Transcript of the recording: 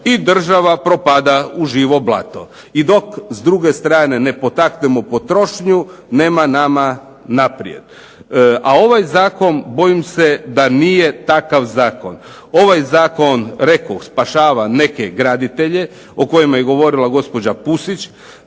i država propada u živo blato. I dok, s druge strane, ne potaknemo potrošnju nema nama naprijed. A ovaj zakon bojim se da nije takav zakon. Ovaj zakon, rekoh, spašava neke graditelje o kojima je govorila gospođa Pusić.